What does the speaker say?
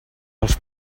als